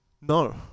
No